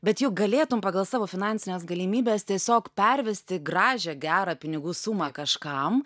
bet juk galėtum pagal savo finansines galimybes tiesiog pervesti gražią gerą pinigų sumą kažkam